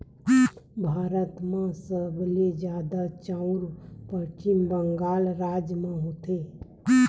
भारत म सबले जादा चाँउर पस्चिम बंगाल राज म होथे